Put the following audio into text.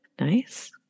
Nice